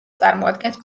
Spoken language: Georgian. წარმოადგენს